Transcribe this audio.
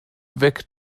weg